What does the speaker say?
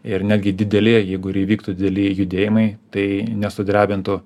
ir netgi didelė jeigu ir įvyktų dideli judėjimai tai nesudrebintų